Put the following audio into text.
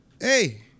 Hey